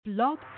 Blog